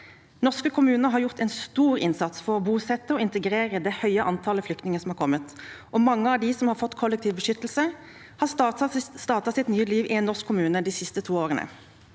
Norske kommuner har gjort en stor innsats for å bosette og integrere det høye antallet flyktninger som har kommet. Mange av dem som har fått kollektiv beskyttelse, har startet sitt nye liv i en norsk kommune de siste to årene.